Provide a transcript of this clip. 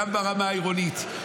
גם ברמה העירונית.